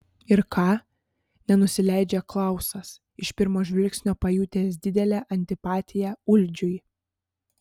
ir ką nenusileidžia klausas iš pirmo žvilgsnio pajutęs didelę antipatiją uldžiui